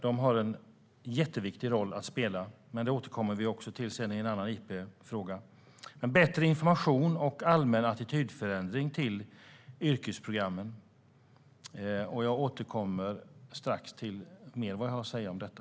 De har en jätteviktig roll att spela - detta återkommer vi till i en annan interpellationsdebatt. Det handlar om bättre information och en allmän attitydförändring i fråga om yrkesprogrammen. Jag återkommer strax till mer om detta.